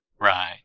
Right